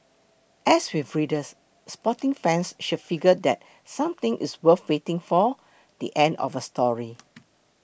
as with readers sporting fans should figure that something it's worth waiting for the end of a story